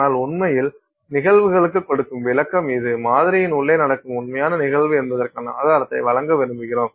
ஆனால் உண்மையில் நிகழ்வுகளுக்கு கொடுக்கும் விளக்கம் இது மாதிரியின் உள்ளே நடக்கும் உண்மையான நிகழ்வு என்பதற்கான ஆதாரத்தை வழங்க விரும்புகிறோம்